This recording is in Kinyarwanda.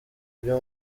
byo